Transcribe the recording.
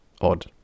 odd